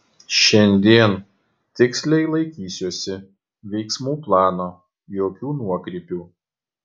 šiandien tiksliai laikysiuosi veiksmų plano jokių nuokrypių